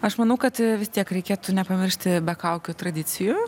aš manau kad vis tiek reikėtų nepamiršti be kaukių tradicijų